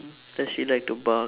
does she like to bark